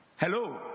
Hello